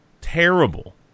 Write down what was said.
Terrible